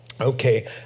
Okay